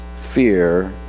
fear